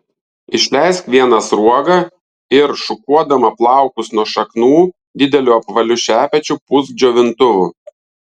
išleisk vieną sruogą ir šukuodama plaukus nuo šaknų dideliu apvaliu šepečiu pūsk džiovintuvu